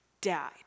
died